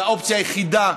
והאופציה היחידה,